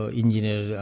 engineer